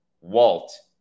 Walt